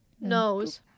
Nose